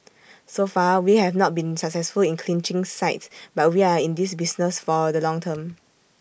so far we have not been successful in clinching sites but we are in this business for the long term